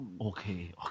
Okay